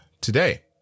today